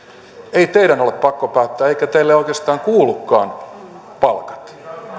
ei teidän ole pakko päättää eivätkä teille oikeastaan kuulukaan palkat